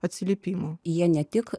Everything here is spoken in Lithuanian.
atsiliepimų jie ne tik